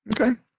Okay